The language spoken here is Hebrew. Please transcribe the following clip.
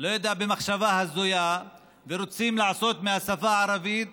לא יודע, במחשבה הזויה, ורוצים לעשות מהשפה הערבית